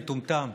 מטומטם.